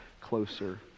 closer